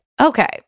Okay